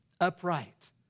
upright